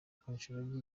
khashoggi